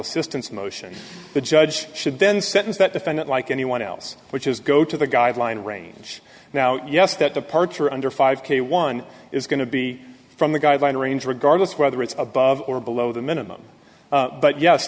assistance motion the judge should then sentence that defendant like anyone else which is go to the guideline range now yes that departure under five k one is going to be from the guideline range regardless whether it's above or below the minimum but yes